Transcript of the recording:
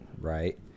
right